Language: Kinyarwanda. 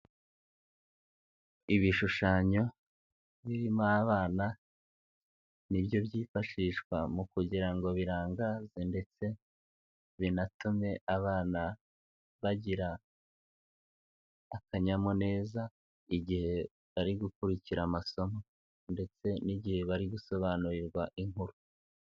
Ibishushanyo birimo abana ni byo byifashishwa mu kugira ngo birangaze ndetse binatume abana bagira akanyamuneza igihe bari gukurikira amasomo ndetse n'igihe bari gusobanurirwa inkuru.